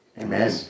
Amen